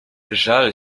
żal